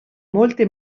molte